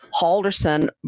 Halderson